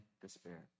despair